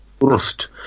Rust